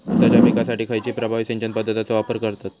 ऊसाच्या पिकासाठी खैयची प्रभावी सिंचन पद्धताचो वापर करतत?